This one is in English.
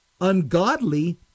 ungodly